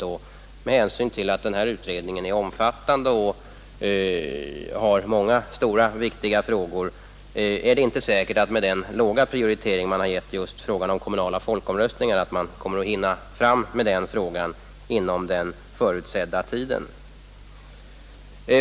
Och med hänsyn till att utredningen är omfattande och har många stora och viktiga frågor att handlägga är det inte säkert att utredningen med den låga prioritering man givit åt den kommunala folkomröstningen kommer att hinna bli färdig med den frågan inom den förutsedda tiden.